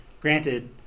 granted